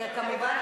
וכמובן,